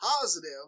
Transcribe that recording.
positive